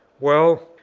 well,